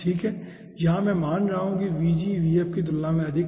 यहां मैं मान रहा हूं कि Vg की तुलना में अधिक है